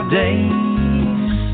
days